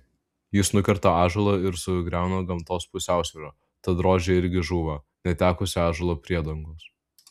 jis nukerta ąžuolą ir sugriauna gamtos pusiausvyrą tad rožė irgi žūva netekusi ąžuolo priedangos